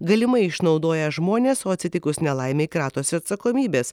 galimai išnaudoja žmones o atsitikus nelaimei kratosi atsakomybės